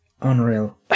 Unreal